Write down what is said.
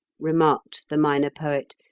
remarked the minor poet,